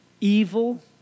evil